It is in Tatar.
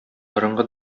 борынгы